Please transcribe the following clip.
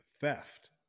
theft